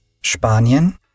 Spanien